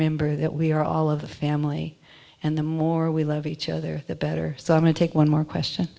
member that we are all of the family and the more we love each other the better so i'm going to take one more question